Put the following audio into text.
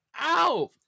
ow